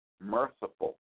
merciful